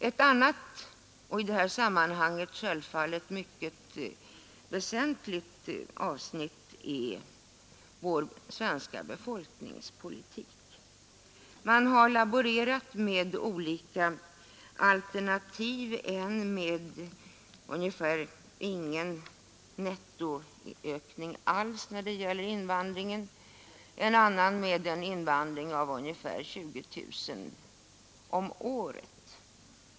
Ett annat och i detta sammanhang självfallet mycket väsentligt avsnitt gäller vår svenska befolkningspolitik. Man har laborerat med olika alternativ, ett med ingen nettoökning alls av invandring ett annat med en invandring av ungefär 20 000 personer om året.